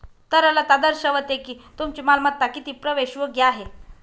तरलता दर्शवते की तुमची मालमत्ता किती प्रवेशयोग्य आहे